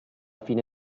fine